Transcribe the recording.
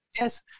Yes